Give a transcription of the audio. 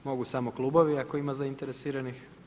Mogu samo klubovi ako ima zainteresiranih.